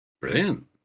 brilliant